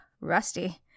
rusty